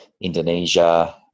Indonesia